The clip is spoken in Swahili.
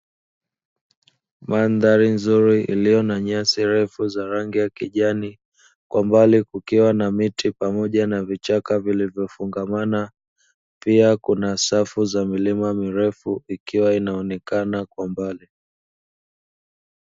Mandhari nzuri iliyo na nyasi refu za rangi ya kijani, kwa mbali kukiwa na miti pamoja na vichaka vilivyofungamana. Pia kuna safu za milima mirefu ikiwa inaonekana kwa mbali.